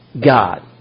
God